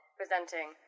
presenting